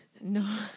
no